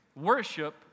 worship